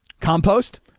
Compost